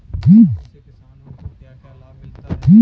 गोदाम से किसानों को क्या क्या लाभ मिलता है?